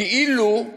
כאילו,